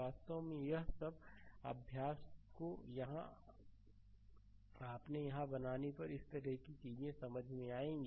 वास्तव में यह सब इस अभ्यास को अपने यहाँ बनाने पर इस तरह की चीजें समझ में आएंगी